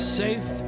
safe